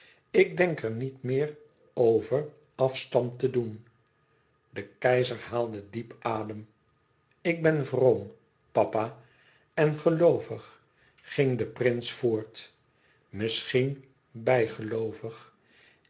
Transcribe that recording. ik denk er niet meer over afstand te doen e ids aargang e keizer haalde diep adem ik ben vroom papa en geloovig ging de prins voort misschien bijgeloovig